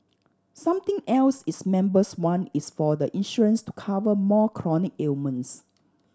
something else its members want is for the insurance to cover more chronic ailments